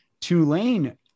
Tulane